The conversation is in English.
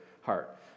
heart